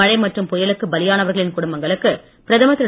மழை மற்றும் புயலக்கு பலியானவர்களின் குடும்பங்களுக்கு பிரதமர் திரு